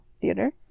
Theater